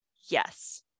Yes